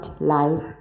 life